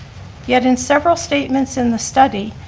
yet in several statements in the study,